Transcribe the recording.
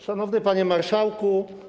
Szanowny Panie Marszałku!